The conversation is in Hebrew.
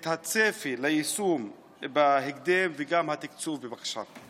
הצפי ליישום בהקדם, וגם התקצוב, בבקשה.